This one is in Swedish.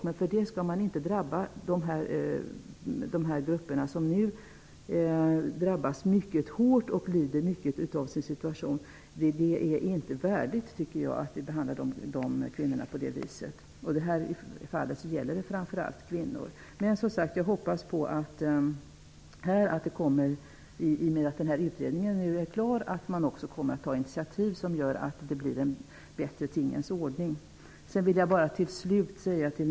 Men för den sakens skull skall de grupper som nu drabbas mycket hårt och lider mycket av sin situation inte drabbas. Det är inte värdigt att vi behandlar dessa kvinnor på det viset. I detta fall gäller det framför allt kvinnor. Jag hoppas som sagt att man kommer att ta initiativ som gör att det blir en bättre tingens ordning i och med att utredningen nu är klar.